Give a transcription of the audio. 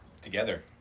Together